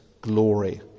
glory